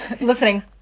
Listening